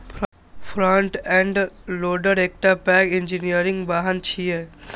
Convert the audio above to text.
front end loader एकटा पैघ engineering वाहन छियै